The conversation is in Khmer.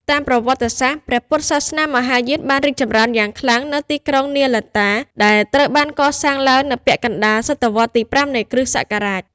តាមប្រវត្តិសាស្ត្រ ព្រះពុទ្ធសាសនាមហាយានបានរីកចម្រើនយ៉ាងខ្លាំងនៅ ទីក្រុងនាលន្តា ដែលត្រូវបានកសាងឡើងនៅពាក់កណ្តាលសតវត្សរ៍ទី ៥ នៃគ.ស.។